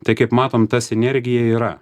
tai kaip matom ta sinergija yra